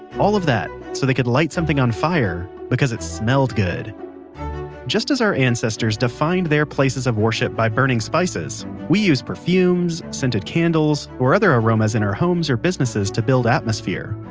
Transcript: all of that, so they could light something on fire because it smelled good just as our ancestors defined their places of worship by burning spices, we use perfumes, scented candles, and other aromas in our homes or businesses to build atmosphere.